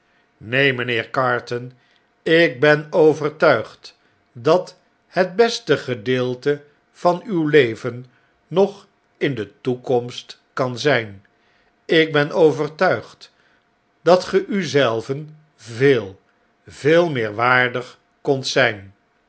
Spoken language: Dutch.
neen mijnheer carton ik ben overtuigd dat het beste gedeelte van uw leven nog in de toekomst kan zjjn ik ben overtuigd dat geu zelven veel veel meer waardig kondt zijn